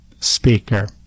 speaker